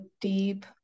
deep